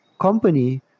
company